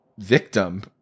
victim